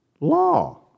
law